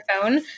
phone